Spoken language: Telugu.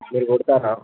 మీరు కుడతారా